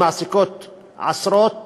שמעסיקות עשרות